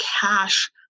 cash